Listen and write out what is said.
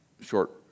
short